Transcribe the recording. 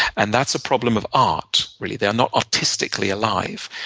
and that's the problem of art, really. they are not artistically alive.